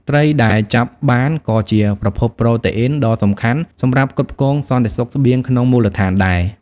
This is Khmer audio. ត្រីដែលចាប់បានក៏ជា ប្រភពប្រូតេអ៊ីន ដ៏សំខាន់សម្រាប់ផ្គត់ផ្គង់សន្តិសុខស្បៀងក្នុងមូលដ្ឋានដែរ។